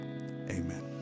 amen